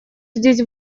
здесь